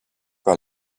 par